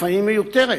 לפעמים מיותרת,